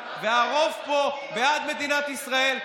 והרוב פה בעד מדינת ישראל,